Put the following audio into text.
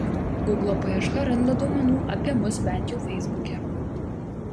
guglo paieška randa duomenų apie mus bent jau feisbuke